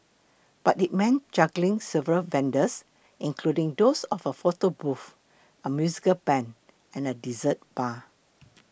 but it meant juggling several vendors including those of a photo booth a musical band and a dessert bar